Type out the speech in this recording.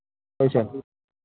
ꯍꯣꯏ ꯁꯥꯔ